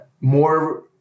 more